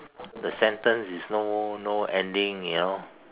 the sentence is no no ending you know